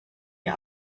wir